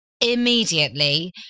immediately